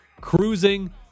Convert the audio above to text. cruising